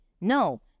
No